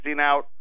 out